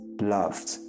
loved